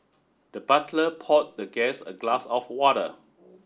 the butler poured the guest a glass of water